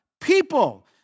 People